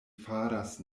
faras